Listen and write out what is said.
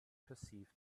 perceived